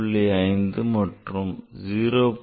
5 மற்றும் 0